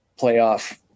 playoff